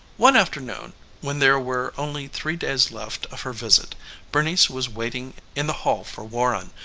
one afternoon when there were only three days left of her visit bernice was waiting in the hall for warren,